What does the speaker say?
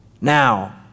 Now